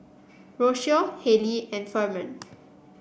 Rocio Hailee and Ferman